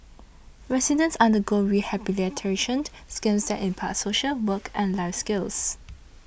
residents undergo rehabilitation schemes that impart social work and life skills